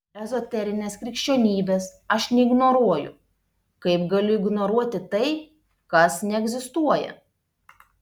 ezoterinės krikščionybės aš neignoruoju kaip galiu ignoruoti tai kas neegzistuoja